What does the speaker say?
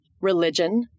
religion